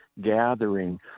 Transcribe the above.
gathering